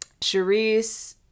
Charisse